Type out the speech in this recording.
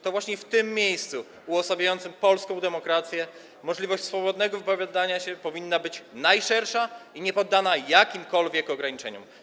To właśnie w tym miejscu uosabiającym polską demokrację możliwość swobodnego wypowiadania się powinna być najszersza i niepoddana jakimkolwiek ograniczeniom.